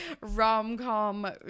rom-com